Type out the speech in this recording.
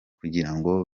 kugirango